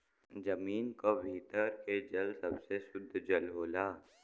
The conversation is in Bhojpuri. जमीन क भीतर के जल सबसे सुद्ध जल होला